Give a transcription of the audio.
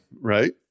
right